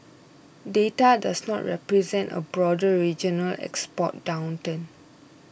data does not represent a broader regional export downturn